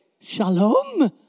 Shalom